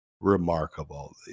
remarkable